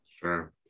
Sure